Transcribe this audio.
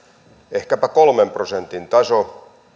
ehkäpä kolmen prosentin taso